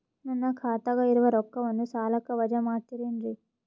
ನನ್ನ ಖಾತಗ ಇರುವ ರೊಕ್ಕವನ್ನು ಸಾಲಕ್ಕ ವಜಾ ಮಾಡ್ತಿರೆನ್ರಿ?